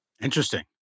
Interesting